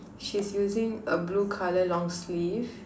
she's using a blue colour long sleeve